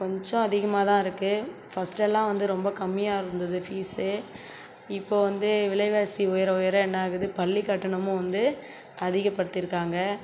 கொஞ்சம் அதிகமாக தான் இருக்குது ஃபஸ்ட் எல்லாம் வந்து ரொம்ப கம்மியாக இருந்தது ஃபீஸ்ஸு இப்போது வந்து விலைவாசி உயர உயர என்ன ஆகுது பள்ளிக் கட்டணமும் வந்து அதிகப்படுத்திருக்காங்க